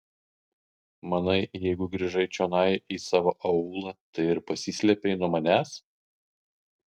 manai jeigu grįžai čionai į savo aūlą tai ir pasislėpei nuo manęs